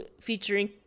featuring